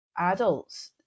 adults